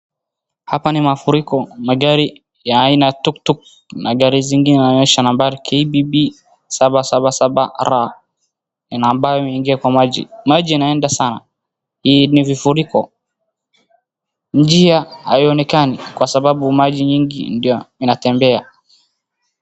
Hapa ni mafuriko. Magari ya aina tukutuku na gari zingine yanaonyesha nambari KBB 777 R na ambayo imeingia kwa maji. Maji yanaenda sana. Hii ni vifuriko. Njia haionekani kwa sababu maji nyingi ndio inatembea.